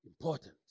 important